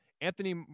Anthony